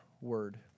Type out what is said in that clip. word